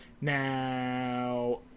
Now